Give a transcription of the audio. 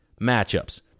matchups